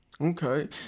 okay